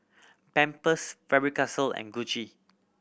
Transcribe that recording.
Pampers Faber Castell and Gucci